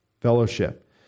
fellowship